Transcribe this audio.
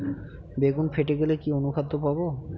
বেগুন ফেটে গেলে কি অনুখাদ্য দেবো?